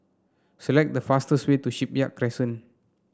select the fastest way to Shipyard Crescent